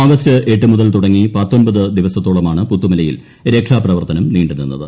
August എട്ട് മുതൽ തുടങ്ങി പത്തൊമ്പത് ദിവസത്തോളമാണ് പുത്തുമലയിൽ രക്ഷാപ്രവർത്തനം നീണ്ടു നിന്നത്